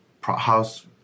house